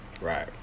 Right